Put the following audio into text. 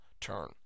turn